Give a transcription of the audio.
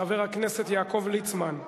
חבר הכנסת יעקב ליצמן רגע,